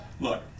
Look